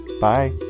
Bye